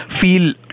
feel